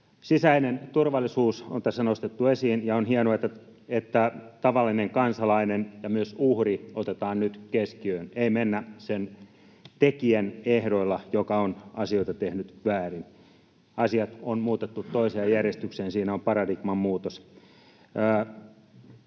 Sisäinen turvallisuus on tässä nostettu esiin, ja on hienoa, että tavallinen kansalainen ja myös uhri otetaan nyt keskiöön, ei mennä sen tekijän ehdoilla, joka on asioita tehnyt väärin. Asiat on muutettu toiseen järjestykseen, siinä on paradigman muutos.